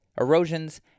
erosions